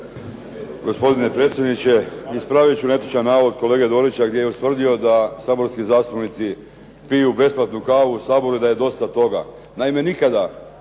Gospodine predsjedniče, ispravit ću netočan navod kolege Dorića gdje je ustvrdio da saborski zastupnici piju besplatnu kavu u Saboru i da je dosta toga.